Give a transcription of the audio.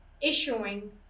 issuing